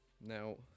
Now